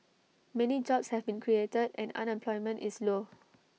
many jobs have been created and unemployment is low